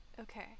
Okay